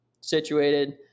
situated